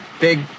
big